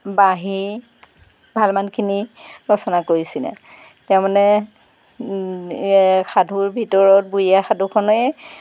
বাঁহী ভালেমানখিনি ৰচনা কৰিছিলে তেওঁ মানে সাধুৰ ভিতৰত বুঢ়ী আই সাধুখনেই